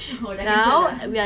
oh dah cancel dah